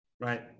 Right